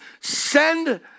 send